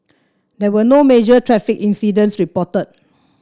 there were no major traffic incidents reported